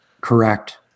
Correct